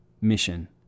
mission